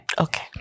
Okay